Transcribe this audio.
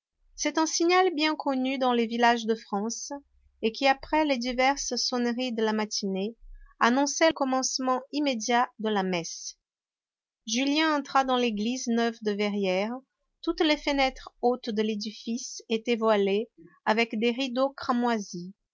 c'est un signal bien connu dans les villages de france et qui après les diverses sonneries de la matinée annonce le commencement immédiat de la messe julien entra dans l'église neuve de verrières toutes les fenêtres hautes de l'édifice étaient voilées avec des rideaux cramoisis